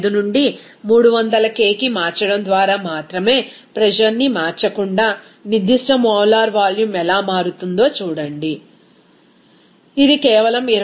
15 నుండి 300 Kకి మార్చడం ద్వారా మాత్రమే ప్రెజర్ ని మార్చకుండా నిర్దిష్ట మోలార్ వాల్యూమ్ ఎలా మారుతుందో చూడండి ఇది కేవలం 24